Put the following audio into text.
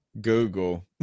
Google